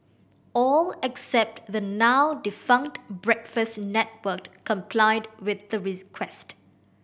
all except the now defunct Breakfast Network complied with the request